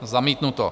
Zamítnuto.